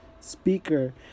Speaker